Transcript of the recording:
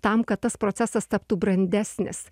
tam kad tas procesas taptų brandesnis